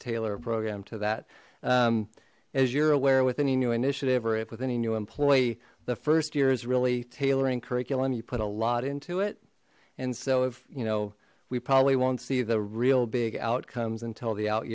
tailor a program to that as you're aware with any new initiative or if with any new employee the first year is really tailoring curriculum you put a lot into it and so if you know we probably won't see the real big outcomes until the out